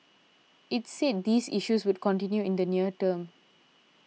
it said these issues would continue in the near term